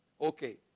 Okay